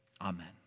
Amen